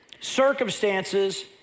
circumstances